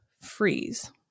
freeze